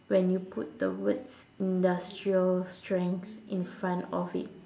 when you put the words industrial strength in front of it